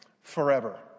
forever